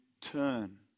turn